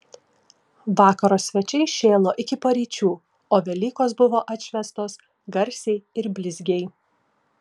vakaro svečiai šėlo iki paryčių o velykos buvo atšvęstos garsiai ir blizgiai